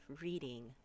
reading